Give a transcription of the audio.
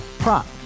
Prop